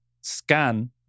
scan